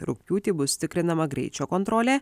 rugpjūtį bus tikrinama greičio kontrolė